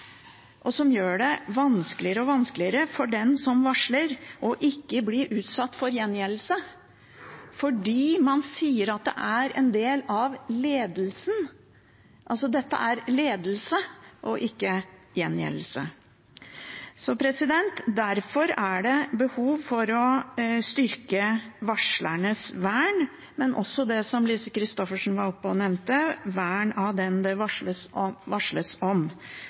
og gjør det vanskeligere og vanskeligere for den som varsler, å ikke bli utsatt for gjengjeldelse, fordi man sier at det er en del av ledelsen, altså at dette er ledelse og ikke gjengjeldelse. Derfor er det behov for å styrke varslernes vern, og også det som Lise Christoffersen nevnte: vern av den det varsles